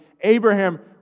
Abraham